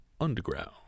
Underground